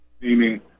meaning